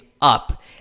up